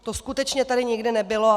To skutečně tady nikdy nebylo.